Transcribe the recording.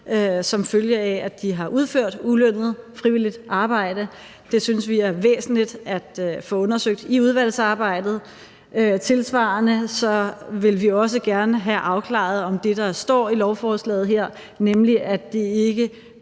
som følge af, at de har udført ulønnet frivilligt arbejde. Det synes vi er væsentligt at få undersøgt i udvalgsarbejdet. Tilsvarende vil vi også gerne have afklaret, om det, der står her i lovforslaget, nemlig at det ikke